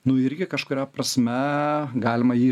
nu irgi kažkuria prasme galima jį